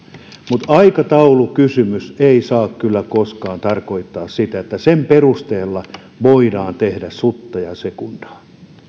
mutta aikataulukysymys ei saa kyllä koskaan tarkoittaa sitä että sen perusteella voidaan tehdä sutta ja sekundaa